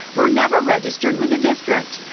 were never registered with the district,